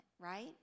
right